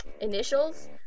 initials